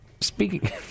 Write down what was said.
speaking